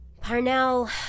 Parnell